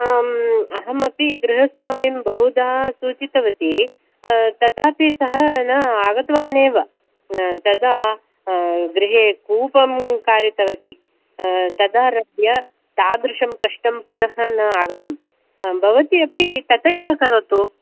अहमपि गृहस्वामिन् बहुधा सूचितवति तथापि सः न आगतवान् एव तदा गृहे कूपं कारितवति तदारभ्य तादृशं कष्टं पुनः न आगतं भवति अपि तथैव करोतु